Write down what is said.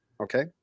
okay